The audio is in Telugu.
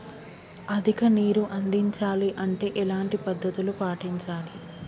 అధిక నీరు అందించాలి అంటే ఎలాంటి పద్ధతులు పాటించాలి?